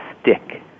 stick